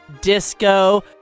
disco